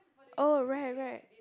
oh right right